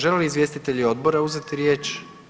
Žele li izvjestitelji odbora uzeti riječ?